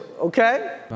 okay